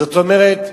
זאת אומרת,